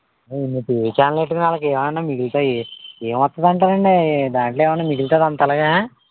ఇన్ని టీవీ ఛానల్లు ఎట్టుకుని వాళ్ళకేమయిన మిగులతాయి ఏవత్తందంటారండి దాంట్లో ఏమన్నా మిగులతంద అంతా అలాగా